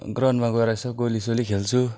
ग्राउन्डमा गएर यसो गोलीसोली खेल्छु